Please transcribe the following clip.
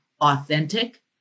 authentic